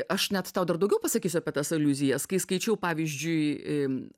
aš net tau dar daugiau pasakysiu apie tas aliuzijas kai skaičiau pavyzdžiui